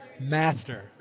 Master